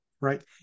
right